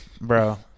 Bro